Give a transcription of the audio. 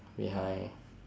behind